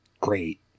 Great